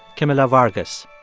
camila vargas